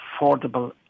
affordable